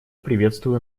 приветствую